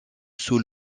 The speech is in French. sous